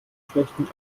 schlechten